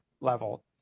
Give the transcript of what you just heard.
level